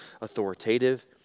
authoritative